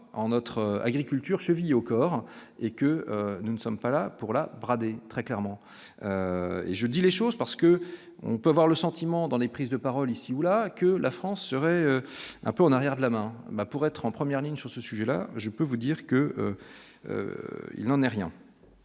en notre agriculture chevillée au corps et que nous ne sommes pas là pour la braderie très clairement. Et je dis les choses parce que on peut avoir le sentiment dans les prises de parole ici ou là, que la France serait un peu en arrière de la main ma pour être en première ligne sur ce sujet-là, je peux vous dire que, il n'en est rien.